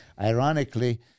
ironically